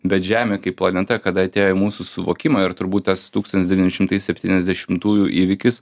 bet žemė kaip planeta kada atėjo į mūsų suvokimą ir turbūt tas tūkstantis devyni šimtai septyniasdešimtųjų įvykis